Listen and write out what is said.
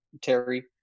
Terry